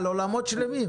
על עולמות שלמים.